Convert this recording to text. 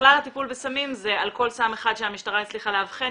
שבכלל הטיפול בסמים זה על כל סם אחד שהמשטרה הצליחה לאבחן,